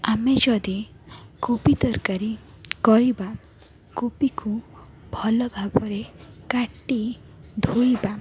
ଆମେ ଯଦି କୋବି ତରକାରୀ କରିବା କୋବିକୁ ଭଲଭାବରେ କାଟି ଧୋଇବା